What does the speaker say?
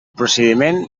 procediment